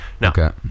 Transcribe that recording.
No